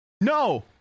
No